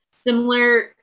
similar